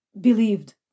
believed